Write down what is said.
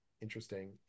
interesting